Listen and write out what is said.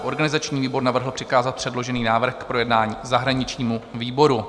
Organizační výbor navrhl přikázat předložený návrh k projednání zahraničnímu výboru.